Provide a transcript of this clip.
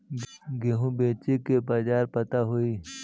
गेहूँ बेचे के बाजार पता होई?